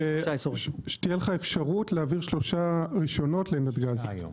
שתהיה לך אפשרות להעביר שלושה רישיונות לנתג"ז.